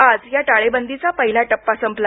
आज या टाळेबंदीचा पहिला टप्पा संपला